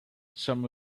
some